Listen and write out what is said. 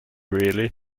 really